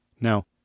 Now